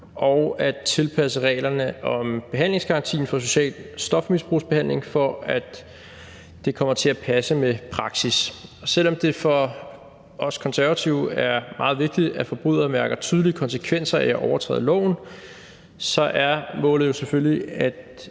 og at tilpasse reglerne om behandlingsgarantien for social stofmisbrugsbehandling, så det kommer til at passe med praksis. Selv om det for os Konservative er meget vigtigt, at forbrydere mærker tydelige konsekvenser af at overtræde loven, er målet jo selvfølgelig, at